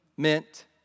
meant